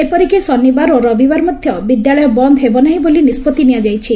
ଏପରିକି ଶନିବାର ଓ ରବିବାର ମଧ୍ଧ ବିଦ୍ୟାଳୟ ବନ୍ଦ ହେବ ନାହିଁ ବୋଲି ନିଷ୍ବଭି ନିଆଯାଇଛି